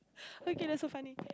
okay that's so funny